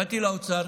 באתי לאוצר